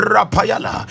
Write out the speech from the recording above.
Rapayala